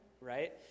right